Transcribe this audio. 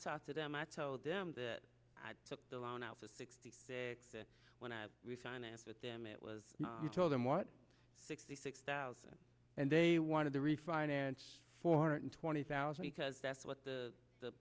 talk to them i told them that i took the loan out to sixty when i refinanced with them it was you tell them what sixty six thousand and they wanted to refinance four hundred twenty thousand because that's what the the